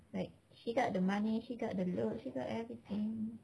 like she got the money she got the looks she got everything